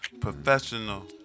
Professional